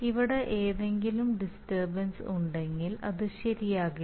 ഇവിടെ എന്തെങ്കിലും ഡിസ്റ്റർബൻസ് ഉണ്ടെങ്കിൽ അത് ശരിയാക്കില്ല